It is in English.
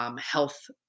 Health